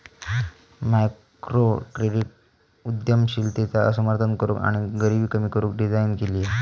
microcredit उद्यमशीलतेचा समर्थन करूक आणि गरीबी कमी करू डिझाईन केली हा